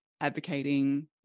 advocating